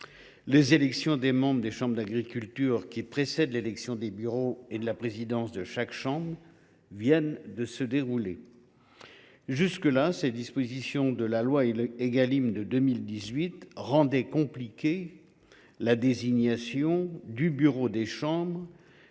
Les élections des membres des chambres d’agriculture, qui précèdent l’élection des bureaux et de la présidence de chaque chambre, viennent de se dérouler. Jusqu’à présent, les dispositions de la loi Égalim de 2018 rendaient compliquée la désignation du bureau des chambres,